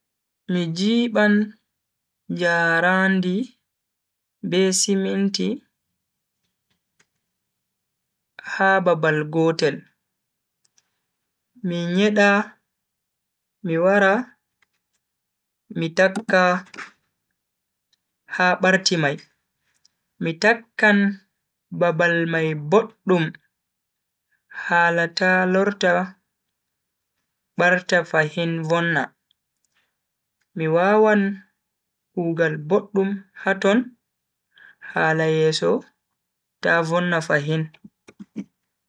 Mi jiban njaraandi be siminti ha babal gotel, mi nyeda mi wara mi takka ha barti mai. mi takkan babal mai boddum hala ta lorta barta fahin vonna. mi wawan kugal boddum ha ton hala yeso ta vonna fahin.